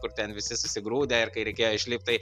kur ten visi susigrūdę ir kai reikėjo išlipt tai